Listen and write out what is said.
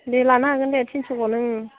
दे लानो हागोन दे थिनस'खौनो